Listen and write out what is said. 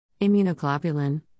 Immunoglobulin